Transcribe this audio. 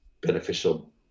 beneficial